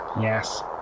Yes